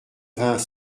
vingt